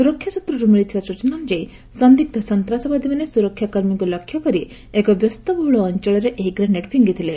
ସୁରକ୍ଷା ସୂତ୍ରରୁ ମିଳିଥିବା ସୂଚନା ଅନୁଯାୟୀ ସନ୍ଦିଗ୍ର ସନ୍ତାସବାଦୀମାନେ ସୁରକ୍ଷାକର୍ମୀଙ୍କୁ ଲକ୍ଷ୍ୟ କରି ଏକ ବ୍ୟସ୍ତବହୁଳ ଅଞ୍ଚଳରେ ଏହି ଗ୍ରେନେଡ୍ ଫିଙ୍ଗିଥିଲେ